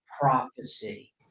prophecy